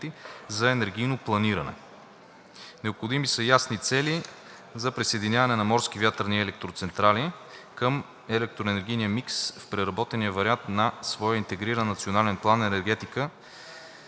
за енергийно планиране. Необходими са ясни цели за присъединяване на морски вятърни електроцентрали към електроенергийния микс в преработения вариант на своя Интегриран национален план „Енергетика